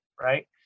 right